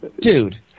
Dude